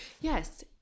Yes